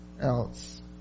else